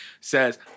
says